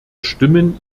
stimmen